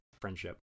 friendship